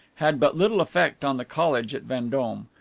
had but little effect on the college at vendome.